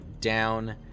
down